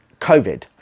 covid